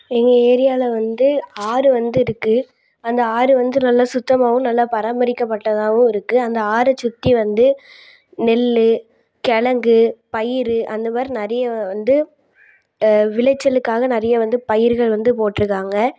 எங்கள் ஏரியாவில வந்து ஆறு வந்து இருக்குது அந்த ஆறு வந்து நல்லா சுத்தமாகவும் நல்லா பராமரிக்கப்பட்டதாகவும் இருக்குது அந்த ஆறச்சுற்றி வந்து நெல் கெழங்கு பயிறு அந்த மாதிரி நிறைய வந்து விளைச்சலுக்காக நிறைய வந்து பயிர்கள் வந்து போட்டிருக்காங்க